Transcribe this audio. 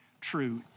true